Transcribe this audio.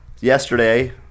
Yesterday